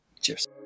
Cheers